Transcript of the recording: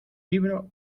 libro